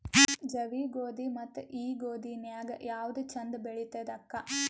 ಜವಿ ಗೋಧಿ ಮತ್ತ ಈ ಗೋಧಿ ನ್ಯಾಗ ಯಾವ್ದು ಛಂದ ಬೆಳಿತದ ಅಕ್ಕಾ?